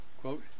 quote